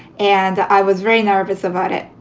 and i was very nervous about it.